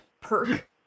perk